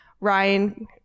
Ryan –